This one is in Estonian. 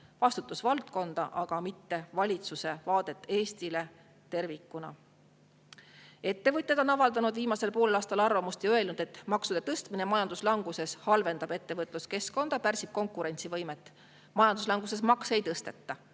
vastutusvaldkonda, mitte valitsuse vaadet Eestile tervikuna. Ettevõtjad on avaldanud viimasel poolaastal arvamust ja öelnud, et maksude tõstmine majanduslanguses halvendab ettevõtluskeskkonda ja pärsib konkurentsivõimet ning majanduslanguses makse ei tõsteta.